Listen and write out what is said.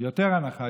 עוד יותר מ-20%?